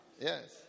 Yes